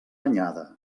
anyada